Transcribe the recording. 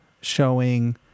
showing